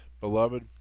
Beloved